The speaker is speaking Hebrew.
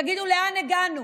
תגיד, לאן הגענו?